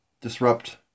disrupt